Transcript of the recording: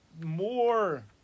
More